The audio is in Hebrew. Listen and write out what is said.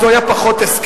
אז הוא היה פחות הסכם?